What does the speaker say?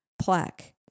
plaque